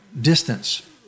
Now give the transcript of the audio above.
distance